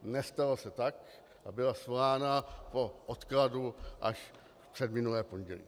Nestalo se tak a byla svolána po odkladu až předminulé pondělí.